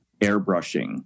airbrushing